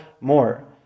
more